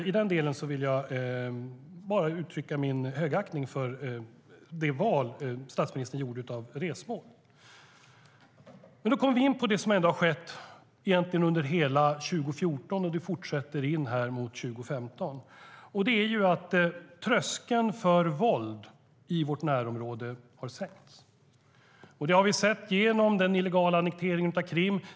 I den delen uttrycker jag min högaktning för de val av resmål statsministern gjorde. Då kommer vi in på det som har skett under hela 2014, och det fortsätter in mot 2015, nämligen att tröskeln för våld i vårt närområde har sänkts. Det har vi sett genom den illegala annekteringen av Krim.